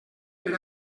per